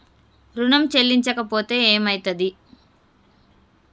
ఋణం చెల్లించకపోతే ఏమయితది?